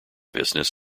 business